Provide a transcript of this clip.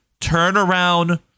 turnaround